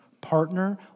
Partner